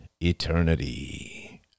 eternity